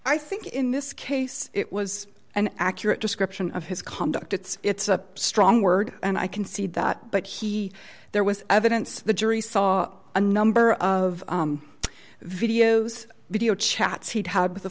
i think in this case it was an accurate description of his conduct it's a strong word and i concede that but he there was evidence the jury saw a number of videos video chats he'd had w